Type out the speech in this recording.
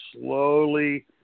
slowly